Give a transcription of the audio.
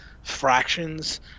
Fractions